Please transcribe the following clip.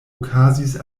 okazis